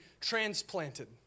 transplanted